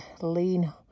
lean